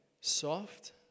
soft